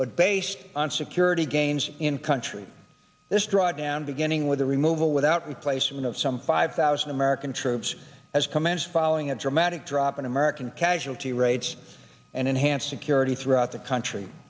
but based on security gains in country this drawdown beginning with the removal without replacement of some five thousand american troops has commenced following a dramatic drop in american casualty rates and enhanced security throughout the country